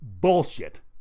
Bullshit